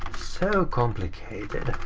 so complicated.